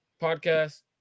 podcast